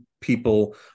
people